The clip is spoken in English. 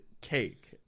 cake